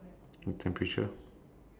temperature